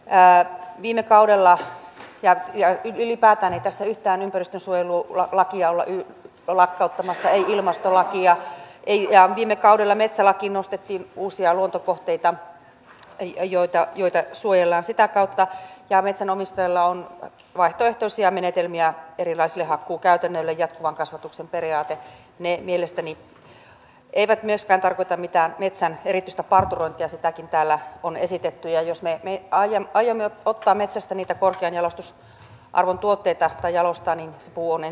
pää viime kaudella jaro ja ylipäätään ei tässä yhtään ympäristönsuojelulakia olla lakkauttamassa ei ilmastolakia ja viime kaudella metsälakiin nostettiin uusia luontokohteita joita suojellaan sitä kautta ja metsänomistajilla on vaihtoehtoisia menetelmiä erilaisille hakkuukäytännöille jatkuvan kasvatuksen periaate jotka eivät mielestäni myöskään tarkoita mitään metsän erityistä parturointia sitäkin täällä on esitetty vaan jos me aiomme jalostaa metsästä niitä korkean jalostusarvon tuotteita se puu on ensin kaadettava